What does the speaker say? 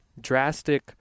drastic